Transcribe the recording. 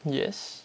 yes